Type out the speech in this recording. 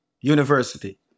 University